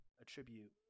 attribute